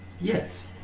Yes